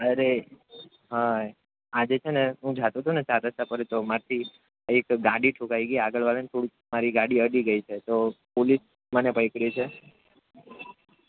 અરે હા આજે છેને હું જતો હતો ને ચાર રસ્તા પર તો મારાથી એક ગાડી ઠોકાઈ ગઈ આગળ વાળાને થોડુંક મારી ગાડી અડી ગઈ છે તો પોલીસ મને પકડી છે